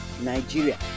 Nigeria